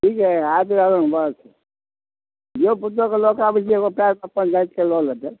ठीक हय आबि रहलहुँ बससँ धिओपुतोके लअ कऽ आबै छी एगो पयर चप्पल नापिके लअ लेतै